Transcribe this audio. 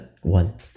one